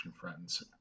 friends